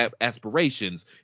aspirations